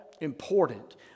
important